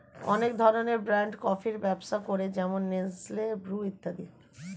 অনেক ধরনের ব্র্যান্ড কফির ব্যবসা করে যেমন নেসলে, ব্রু ইত্যাদি